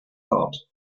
thought